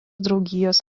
draugijos